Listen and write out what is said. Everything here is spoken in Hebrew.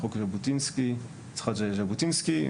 חוק יצחק ז'בוטינסקי.